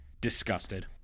disgusted